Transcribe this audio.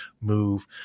move